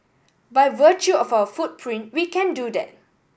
by virtue of our footprint we can do that